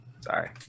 Sorry